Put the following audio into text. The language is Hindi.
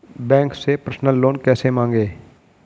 बैंक से पर्सनल लोन कैसे मांगें?